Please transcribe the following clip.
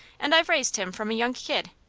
and i've raised him from a young kid.